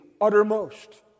uttermost